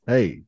Hey